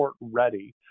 ready